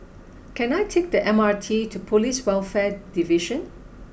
can I take the M R T to Police Welfare Division